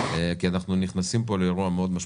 כי אנחנו נכנסים פה לאירוע מאוד משמעותי,